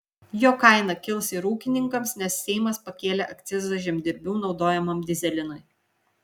jo kaina kils ir ūkininkams nes seimas pakėlė akcizą žemdirbių naudojamam dyzelinui